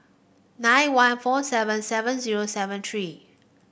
nine one four seven seven zero seven three